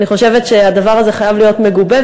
אני חושבת שהדבר הזה חייב להיות מגובה,